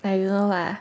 I don't know lah